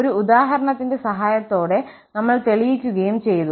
ഒരു ഉദാഹരണത്തിന്റെ സഹായത്തോടെ നമ്മൾ തെളിയിക്കുകയും ചെയ്തു